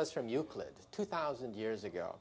us from euclid two thousand years ago